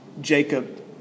Jacob